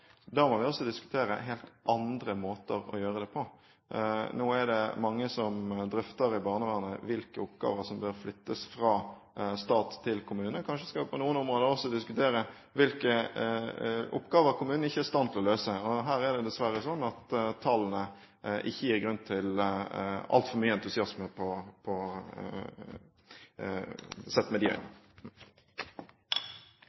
da må vi diskutere helt andre måter å gjøre det på. Nå er det mange som drøfter hvilke oppgaver i barnevernet som bør flyttes fra stat til kommune. Kanskje skal vi på noen områder også diskutere hvilke oppgaver kommunen ikke er i stand til å løse. Her er det dessverre sånn at tallene ikke gir grunn til altfor mye entusiasme. Replikkordskiftet er omme. De talere som heretter får ordet, har en taletid på